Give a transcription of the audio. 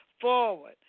forward